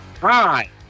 Hi